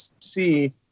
see